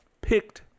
picked